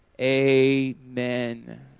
amen